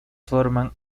forman